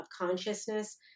consciousness